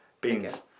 Beans